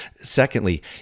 Secondly